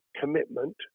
commitment